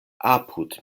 apud